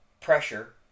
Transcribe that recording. pressure